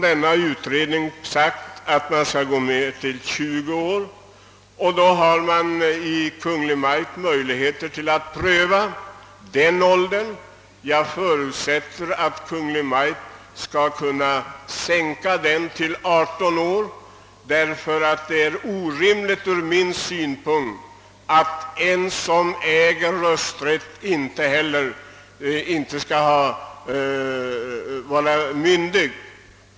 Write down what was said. Sedan utredningen nu satt gränsen vid 20 år har Kungl. Maj:t emellertid möjlighet att pröva frågan, och jag förutsätter att Kungl. Maj:t då sänker gränsen till 18 år. Från min synpunkt sett är det orimligt att en person som äger rösträtt inte också är myndig.